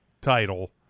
title